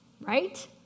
right